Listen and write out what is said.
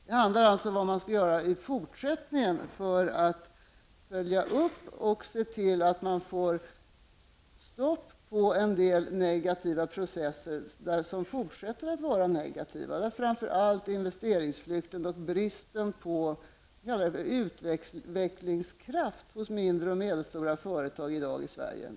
Det handlar alltså om vad man skall göra i fortsättningen för att få stopp på en del negativa processer, som fortsätter att vara negativa, framför allt investeringsflykten och bristen på utvecklingskraft hos mindre och medelstora företag i Sverige i dag.